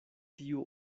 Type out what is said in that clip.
tiu